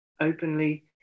Openly